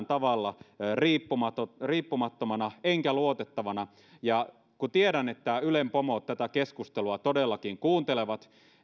tavalla riippumattomana enkä luotettavana ja kun tiedän että ylen pomot tätä keskustelua todellakin kuuntelevat